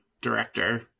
director